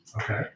Okay